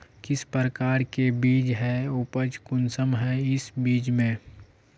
किस प्रकार के बीज है उपज कुंसम है इस बीज में?